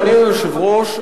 אדוני היושב-ראש,